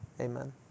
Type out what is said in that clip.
Amen